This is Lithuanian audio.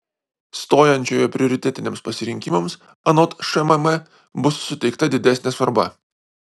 stojančiojo prioritetiniams pasirinkimams anot šmm bus suteikta didesnė svarba